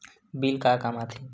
Bill का काम आ थे?